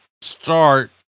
start